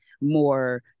more